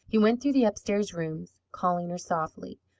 he went through the upstairs rooms, calling her softly.